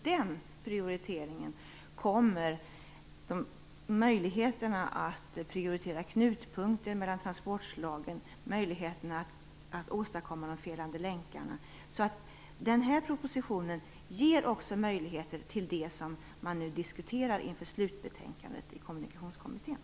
Där finns möjligheter att prioritera just knutpunkter mellan transportslagen och att åstadkomma de felande länkarna. Den här propositionen ger alltså möjligheter som man nu diskuterar inför slutbetänkandet i Kommunikationskommittén.